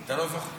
אתה לא זוכר?